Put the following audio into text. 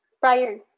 prior